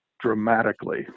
dramatically